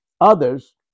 Others